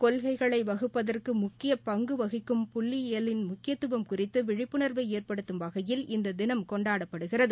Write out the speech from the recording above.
கொள்கைகளை வகுப்பதற்கு முக்கியப்பங்கு வகிக்கும் புள்ளியியலின் முக்கியத்துவம் குறித்து விழிப்புணா்வை ஏற்படுத்தும் வகையில் இந்த தினம் கொண்டாடப்படுகிறது